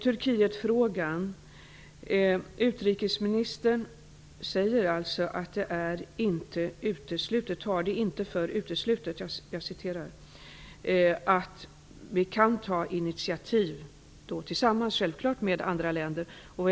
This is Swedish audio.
Turkietfrågan: Utrikesministern håller det inte för uteslutet att vi kan ta initiativ, självklart tillsammans med andra länder.